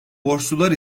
borçlular